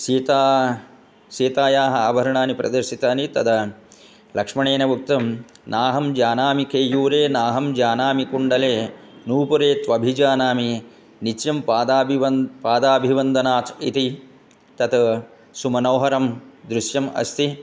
सीता सीतायाः आभरणानि प्रदर्शितानि तदा लक्ष्मणेन उक्तं नाहं जानामि केयुरे नाहं जानामि कुण्डले नूपुरे त्वभि जानामि नित्यं पादाभिवन्दनात् पादाभिवन्दनात् इति तत् सुमनोहरं दृश्यम् अस्ति